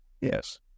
Yes